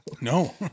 No